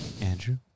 Andrew